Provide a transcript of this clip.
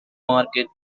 market